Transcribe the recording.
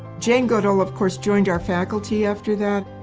jane goodall of course joined our faculty after that.